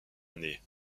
année